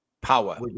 Power